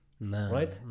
Right